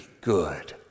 good